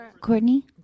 Courtney